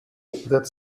that